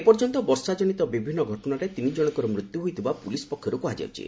ଏପର୍ଯ୍ୟନ୍ତ ବର୍ଷା କ୍ରନିତ ବିଭିନ୍ନ ଘଟଣାରେ ତିନି ଜଣଙ୍କର ମୃତ୍ୟୁ ହୋଇଥିବା ପୁଲିସ୍ ପକ୍ଷରୁ କୁହାଯାଇଛି